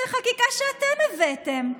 זו חקיקה שאתם הבאתם.